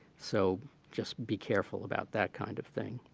so just be careful about that kind of thing.